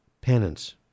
penance